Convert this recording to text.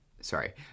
Sorry